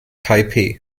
taipeh